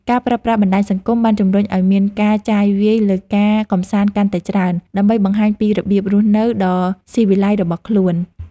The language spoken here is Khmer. ការប្រើប្រាស់បណ្ដាញសង្គមបានជំរុញឱ្យមានការចាយវាយលើការកម្សាន្តកាន់តែច្រើន ដើម្បីបង្ហាញពីរបៀបរស់នៅដ៏ស៊ីវិល័យរបស់ខ្លួន។